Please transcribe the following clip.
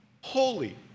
holy